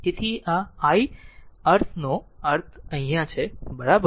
તેથી આ i અર્થનો આ અર્થ છે આ છે બરાબર